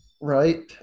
Right